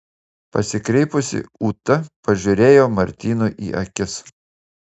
pasikreipusi ūta pažiūrėjo martynui į akis